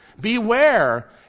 Beware